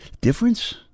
Difference